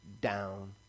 down